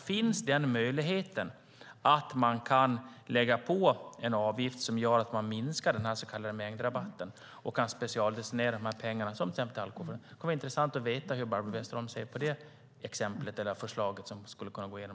Finns möjligheten att lägga på en avgift som gör att man minskar den så kallade mängdrabatten och kan specialdestinera pengarna till exempelvis alkoholforskning? Det skulle vara intressant att veta hur Barbro Westerholm ser på det förslaget och om det skulle kunna gå igenom.